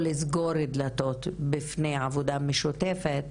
או לסגור דלתות בפני עבודה משותפת,